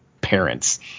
parents